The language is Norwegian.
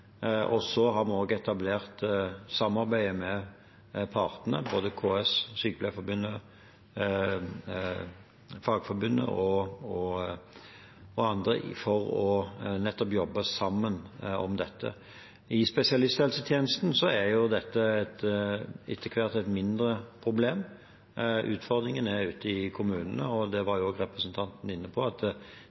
Så har vi også etablert samarbeid med partene, både KS, Sykepleierforbundet, Fagforbundet og andre, for nettopp å jobbe sammen om dette. I spesialisthelsetjenesten er dette etter hvert et mindre problem. Utfordringen er ute i kommunene. Det var representanten også inne på, at